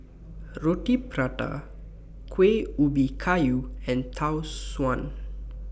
Roti Prata Kuih Ubi Kayu and Tau Suan